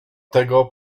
tego